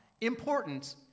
Important